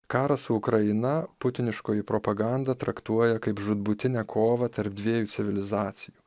karą su ukraina putiniškoji propaganda traktuoja kaip žūtbūtinę kovą tarp dviejų civilizacijų